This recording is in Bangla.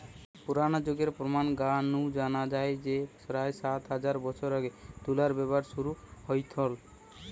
পুরনা যুগের প্রমান গা নু জানা যায় যে প্রায় সাত হাজার বছর আগে তুলার ব্যবহার শুরু হইথল